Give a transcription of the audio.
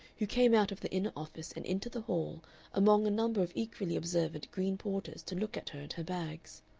who came out of the inner office and into the hall among a number of equally observant green porters to look at her and her bags.